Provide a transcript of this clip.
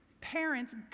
parents